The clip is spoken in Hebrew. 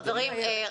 חברים,